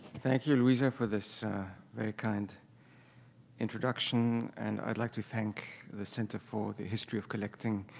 thank you, louisa, for this very kind introduction. and i'd like to thank the center for the history of collecting,